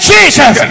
Jesus